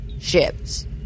ships